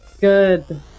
Good